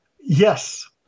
Yes